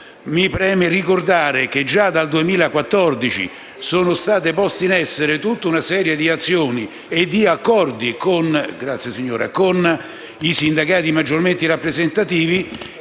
Mi preme ricordare che, già dal 2014, è stata posta in essere tutta una serie di azioni e di accordi con i sindacati maggiormente rappresentativi,